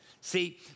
See